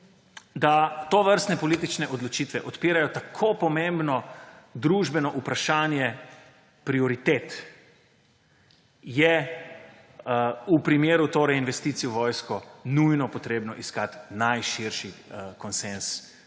da tovrstne politične odločitve odpirajo tako pomembno družbeno vprašanje prioritet, je v primeru investicij v vojsko nujno potrebno iskati najširši konsenz med